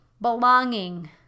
Belonging